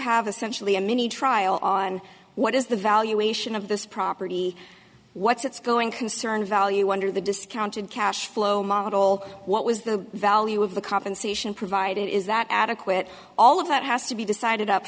have essentially a mini trial on what is the valuation of this property what's its going concern value under the discounted cash flow model what was the value of the compensation provided is that adequate all of that has to be decided up